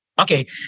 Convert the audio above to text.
Okay